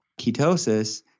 ketosis